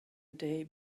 day